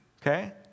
Okay